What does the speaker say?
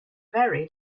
very